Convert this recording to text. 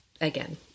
again